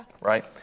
right